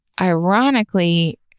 ironically